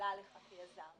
עלה לך כיזם.